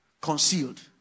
concealed